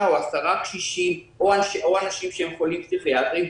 או עשרה קשישים או אנשים שהם חולים פסיכיאטריים,